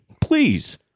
Please